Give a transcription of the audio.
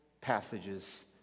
passages